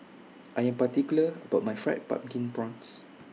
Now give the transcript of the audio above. I Am particular about My Fried Pumpkin Prawns